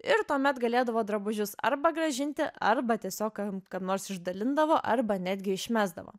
ir tuomet galėdavo drabužius arba grąžinti arba išdalindavo arba netgi išmesdavo